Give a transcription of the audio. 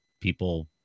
people